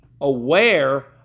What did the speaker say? aware